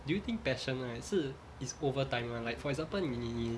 do you think passion right 是 is over time [one] like for example 你你你